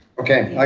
okay.